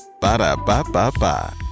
Ba-da-ba-ba-ba